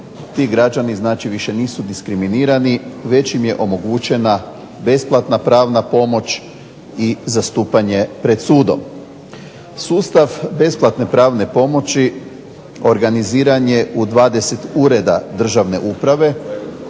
ti građani znači više nisu diskriminirani već im je omogućena besplatna pravna pomoć i zastupanje pred sudom. Sustav besplatne pravne pomoći organiziran je u 20 ureda državne uprave,